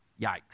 Yikes